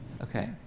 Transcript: Okay